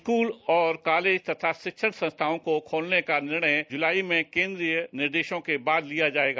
school और college तथा शिक्षण संस्थाओं को खोलने का निर्णय जुलाई में केंद्रीय निर्देशों के बाद लिया जाएगा